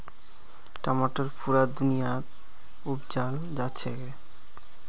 टमाटर पुरा दुनियात उपजाल जाछेक